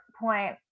point